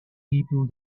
people